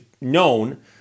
known